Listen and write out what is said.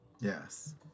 Yes